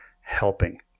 helping